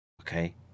okay